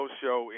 show